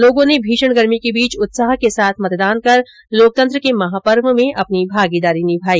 लोगों ने भीषण गर्मी के बीच उत्साह के साथ मतदान कर लोकतंत्र के महापर्व में अपनी भागीदारी निभाई